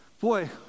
boy